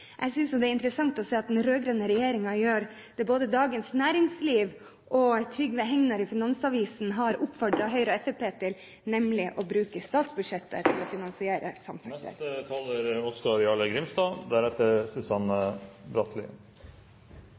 Jeg synes det er interessant å se at den rød-grønne regjeringen gjør det både Dagens Næringsliv og Trygve Hegnar i Finansavisen har oppfordret Høyre og Fremskrittspartiet til, nemlig å bruke statsbudsjettet til å finansiere